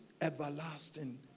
everlasting